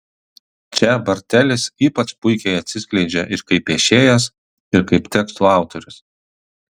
čia bartelis ypač puikiai atsiskleidžia ir kaip piešėjas ir kaip tekstų autorius